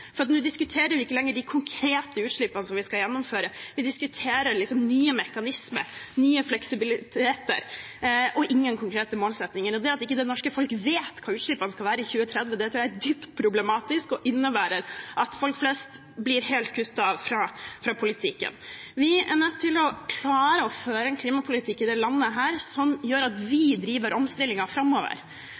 flest. For nå diskuterer vi ikke lenger de konkrete utslippene vi skal gjennomføre, vi diskuterer nye mekanismer, nye fleksibiliteter og ingen konkrete målsettinger. Det at ikke det norske folk vet hva utslippene skal være i 2030, tror jeg er dypt problematisk og innebærer at folk flest blir helt avskåret fra politikken. Vi er nødt til å klare å føre en klimapolitikk i dette landet som gjør at vi driver omstillingen framover,